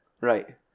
Right